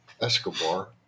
Escobar